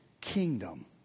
Kingdom